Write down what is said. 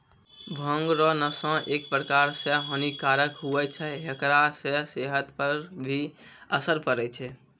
भांग रो नशा एक प्रकार से हानी कारक हुवै छै हेकरा से सेहत पर भी असर पड़ै छै